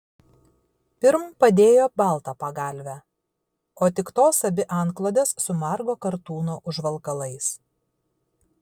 pirm padėjo baltą pagalvę o tik tos abi antklodes su margo kartūno užvalkalais